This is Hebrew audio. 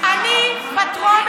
ופשוט תלכי,